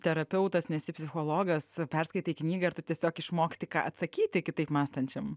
terapeutas nesi psichologas perskaitei knygą ir tu tiesiog išmoksti ką atsakyti kitaip mąstančiam